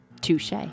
Touche